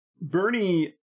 Bernie